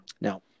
Now